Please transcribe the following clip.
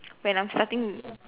when I'm starting